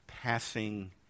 passing